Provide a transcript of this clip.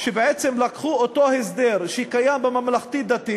שבעצם לקחו את אותו הסדר שקיים בממלכתי-דתי